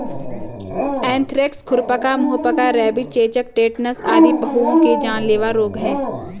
anthrax, खुरपका, मुहपका, rabies, चेचक, टेटनस आदि पहुओं के जानलेवा रोग हैं